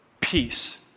peace